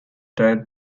died